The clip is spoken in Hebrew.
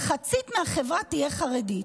מחצית החברה תהיה חרדית.